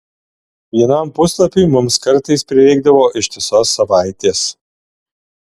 vienam puslapiui mums kartais prireikdavo ištisos savaitės